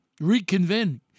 reconvene